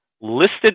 listed